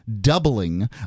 doubling